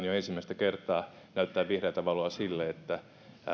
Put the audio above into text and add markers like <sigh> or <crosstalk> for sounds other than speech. <unintelligible> jo ensimmäistä kertaa näyttää vihreätä valoa sille että